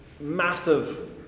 massive